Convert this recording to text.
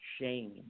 shame